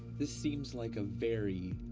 this seems like a very,